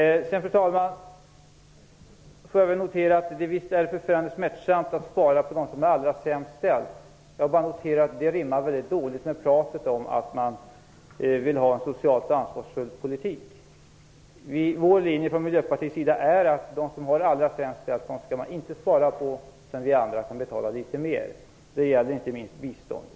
Sedan, fru talman, får jag notera att det visst är förfärande smärtsamt att spara på dem som har det allra sämst ställt. Det rimmar väldigt dåligt med pratet om att man vill ha en socialt ansvarsfull politik. Miljöpartiets linje är att man inte skall spara på dem som har det allra sämst ställt. Vi andra kan betala litet mer. Det gäller inte minst biståndet.